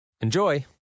Enjoy